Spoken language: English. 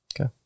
Okay